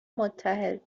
متحد